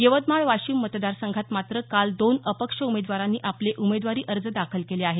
यवतमाळ वाशिम मतदारसंघात मात्र काल दोन अपक्ष उमेदवारांनी आपले उमेदवारी अर्ज दाखल केले आहेत